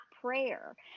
prayer